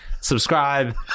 subscribe